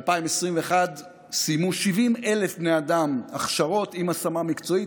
ב-2021 סיימו 70,000 בני אדם הכשרות עם השמה מקצועית.